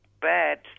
bad